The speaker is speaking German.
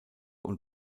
und